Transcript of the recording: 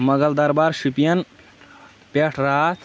مغل دربار شُپین پٮ۪ٹھ راتھ